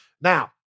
Now